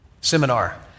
seminar